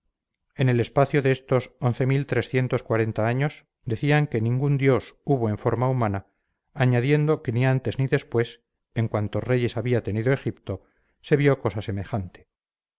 en el espacio de estos años decían que ningún dios hubo en forma humana añadiendo que ni antes ni después en cuantos reyes había tenido egipto se vio cosa semejante